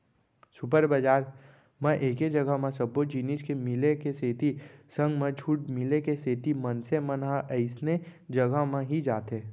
super बजार म एके जघा म सब्बो जिनिस के मिले के सेती संग म छूट मिले के सेती मनसे मन ह अइसने जघा म ही जाथे